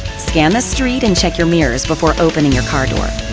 scan the street and check your mirrors before opening your car door.